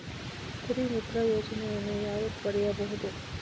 ಕುರಿಮಿತ್ರ ಯೋಜನೆಯನ್ನು ಯಾರು ಪಡೆಯಬಹುದು?